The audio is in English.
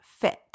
fit